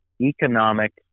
economic